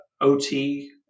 OT